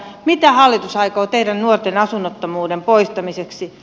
mitä hallitus aikoo tehdä nuorten asunnottomuuden poistamiseksi